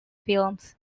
films